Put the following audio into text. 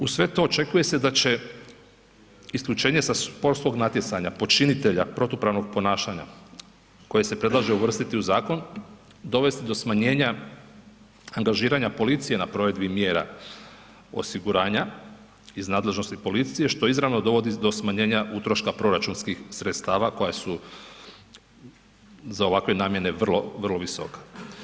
Uz sve to, očekuje se da će isključenje sa sportskog natjecanja počinitelja protupravnog ponašanja koje se predlaže uvrstiti u zakon, dovesti do smanjenja angažiranja policije na provedbi mjera osiguranja iz nadležnosti policije što izravno dovodi do smanjenja utroška proračunskih sredstava koja su za ovakve namjene vrlo visoka.